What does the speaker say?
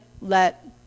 let